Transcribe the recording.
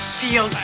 feel